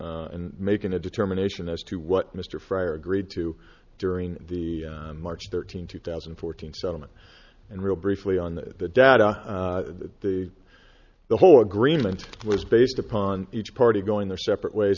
and making a determination as to what mr fryer agreed to during the march thirteenth two thousand and fourteen settlement and real briefly on the data the whole agreement was based upon each party going their separate ways